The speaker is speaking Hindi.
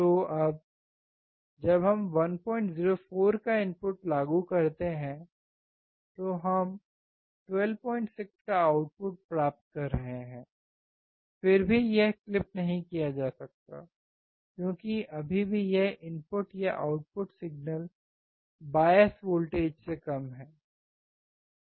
तो अब जब हम 104 का इनपुट लागू करते हैं तो हम 126 का आउटपुट प्राप्त कर रहे हैं फिर भी यह क्लिप नहीं किया जाता है क्योंकि अभी भी यह इनपुट या आउटपुट सिग्नल बायस वोल्टेज से कम है